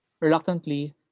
Reluctantly